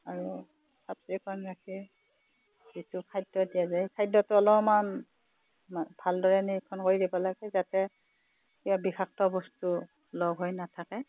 আৰু ৰাখি যিটো খাদ্য দিয়া যায় খাদ্যটো অলমান ভালদৰে নিৰীক্ষণ কৰি দিব লাগে যাতে কিবা বিষাক্ত বস্তু লগ হৈ নাথাকে